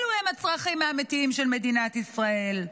אלו הם הצרכים האמיתיים של מדינת ישראל.